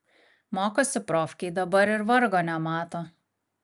mokosi profkėj dabar ir vargo nemato